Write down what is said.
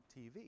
TV